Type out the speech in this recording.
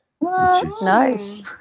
Nice